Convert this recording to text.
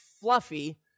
fluffy